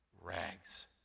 rags